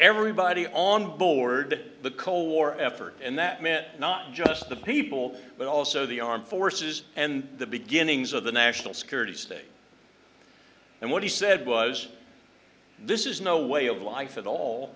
everybody on board the cold war effort and that meant not just the people but also the armed forces and the beginnings of the national security state and what he said was this is no way of life at all